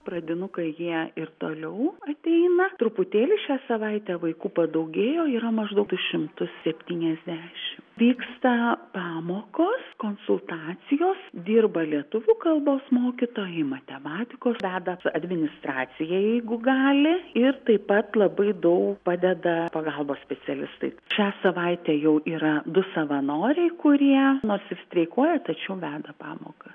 pradinukai jie ir toliau ateina truputėlį šią savaitę vaikų padaugėjo yra maždaug du šimtus septyniasdešimt vyksta pamokos konsultacijos dirba lietuvių kalbos mokytojai matematikos veda administracija jeigu gali ir taip pat labai daug padeda pagalbos specialistai šią savaitę jau yra du savanoriai kurie nors ir streikuoja tačiau veda pamokas